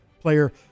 player